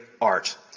art